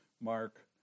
Mark